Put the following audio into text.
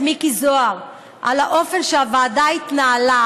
מיקי זוהר על האופן שהוועדה התנהלה,